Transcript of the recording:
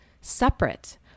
separate